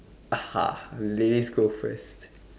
haha ladies go first